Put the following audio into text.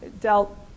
dealt